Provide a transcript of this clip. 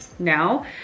now